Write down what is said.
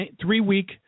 three-week